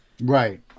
Right